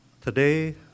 Today